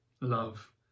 love